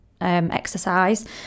exercise